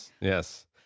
Yes